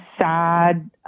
sad